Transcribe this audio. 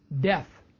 death